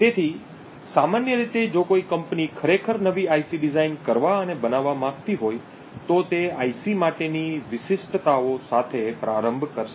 તેથી સામાન્ય રીતે જો કોઈ કંપની ખરેખર નવી IC ડિઝાઇન કરવા અને બનાવવા માંગતી હોય તો તે IC માટેની વિશિષ્ટતાઓ સાથે પ્રારંભ કરશે